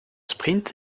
sprint